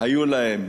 היו להם